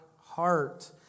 heart